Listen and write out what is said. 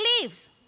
leaves